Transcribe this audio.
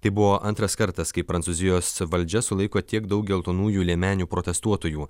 tai buvo antras kartas kai prancūzijos valdžia sulaiko tiek daug geltonųjų liemenių protestuotojų